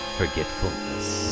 forgetfulness